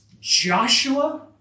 Joshua